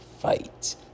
fight